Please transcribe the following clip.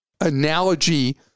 analogy